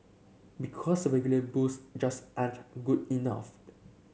because regular booze just ain't good enough